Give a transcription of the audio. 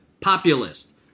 Populist